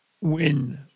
win